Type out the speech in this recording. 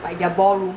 like their ballroom